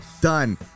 done